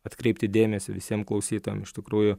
atkreipti dėmesį visiem klausytojam iš tikrųjų